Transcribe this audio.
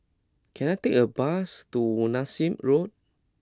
can I take a bus to Nassim Road